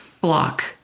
block